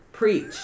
Preach